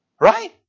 Right